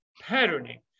patterning